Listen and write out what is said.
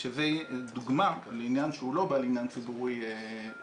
שזו דוגמה לעניין שהוא לא בעל עניין ציבורי מובהק.